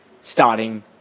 starting